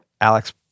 alex